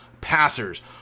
passers